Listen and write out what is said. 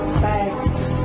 facts